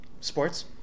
Sports